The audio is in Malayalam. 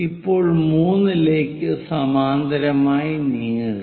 ഇപ്പോൾ 3 ലേക്ക് സമാന്തരമായി നീങ്ങുക